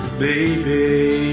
baby